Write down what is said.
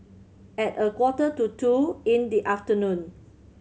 at a quarter to two in the afternoon